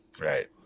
Right